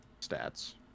stats